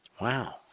Wow